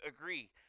agree